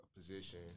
Position